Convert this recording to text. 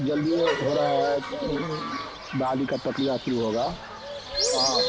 जल्दी हो रहा है आगे का प्रक्रिया शुरू होगा हाँ